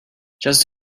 just